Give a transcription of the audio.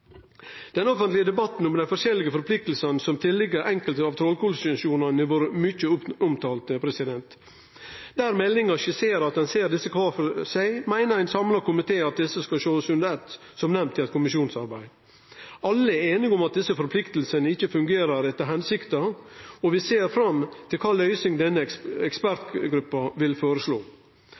den offentlege debatten har dei forskjellige forpliktingane som ligg til enkelte av trålekonsesjonane, vore mykje omtalte. Der meldinga skisserer at ein ser desse kvar for seg, meiner ein samla komité at desse skal sjåast under eitt, som nemnt i eit kommisjonsarbeid. Alle er einige om at desse forpliktingane ikkje fungerer etter hensikta, og vi ser fram til kva løysing denne ekspertgruppa vil føreslå.